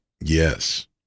Yes